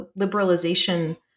liberalization